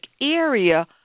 area